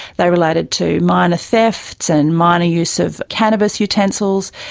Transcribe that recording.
they related to minor thefts and minor use of cannabis utensils,